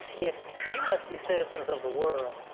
if you must be citizens of the world,